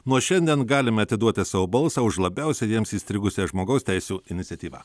nuo šiandien galime atiduoti savo balsą už labiausiai jiems įstrigusią žmogaus teisių iniciatyva